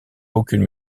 aucune